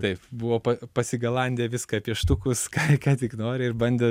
taip buvo pa pasigalandę viską pieštukus ką ką tik nori ir bandė